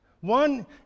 One